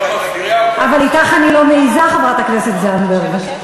אבל אתך אני לא מעזה, חברת הכנסת זנדברג.